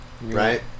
Right